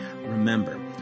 Remember